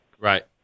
Right